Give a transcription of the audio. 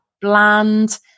bland